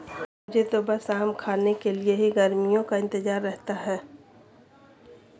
मुझे तो बस आम खाने के लिए ही गर्मियों का इंतजार रहता है